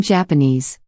Japanese